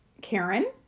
Karen